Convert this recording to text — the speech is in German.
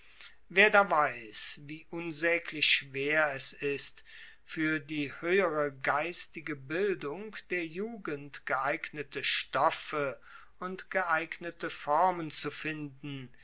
wer da weiss wie unsaeglich schwer es ist fuer die hoehere geistige bildung der jugend geeignete stoffe und geeignete formen zu finden